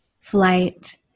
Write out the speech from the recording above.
Flight